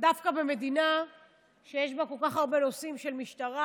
דווקא במדינה שיש בה כל כך הרבה נושאים של משטרה,